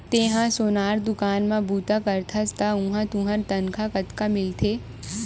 तेंहा सोनार दुकान म बूता करथस त उहां तुंहर तनखा कतका मिलथे?